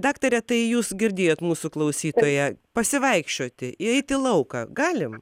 daktare tai jūs girdėjot mūsų klausytoją pasivaikščioti įeiti į lauką galim